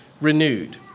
renewed